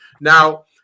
now